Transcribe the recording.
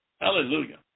Hallelujah